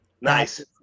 Nice